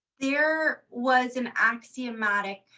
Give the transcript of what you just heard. there was an axiomatic